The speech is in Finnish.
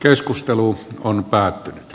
keskustelu on päättynyt